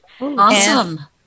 Awesome